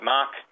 Mark